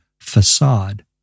facade